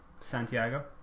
Santiago